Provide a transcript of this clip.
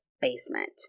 basement